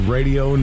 Radio